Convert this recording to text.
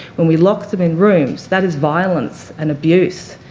when we lock them in rooms, that is violence and abuse,